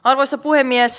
arvoisa puhemies